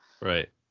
Right